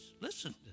listen